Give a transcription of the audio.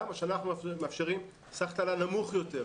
והשנה אנחנו מאפשרים סך תל"ן נמוך יותר.